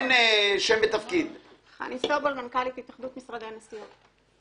אני מנכ"לית התאחדות משרדי הנסיעות.